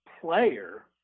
player